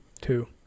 two